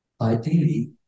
ideally